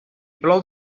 plou